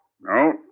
No